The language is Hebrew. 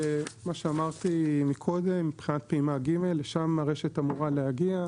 כאמור מבחינת פעימה ג, לשם הרשת אמורה להגיע,